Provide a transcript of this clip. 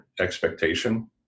expectation